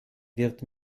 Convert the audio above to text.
wird